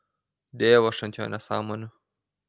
dėjau aš ant jo nesąmonių